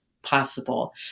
possible